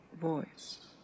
voice